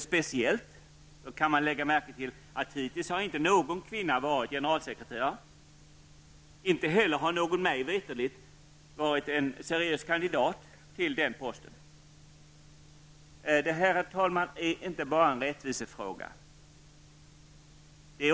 Speciellt har hittills inte någon kvinna varit generalsekreterare och inte heller har någon mig veterligt varit en seriös kandidat till den posten. Detta är, herr talman, inte bara en rättvisefråga.